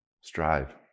strive